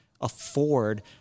afford